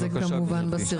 יש את זה כמובן בסרטונים.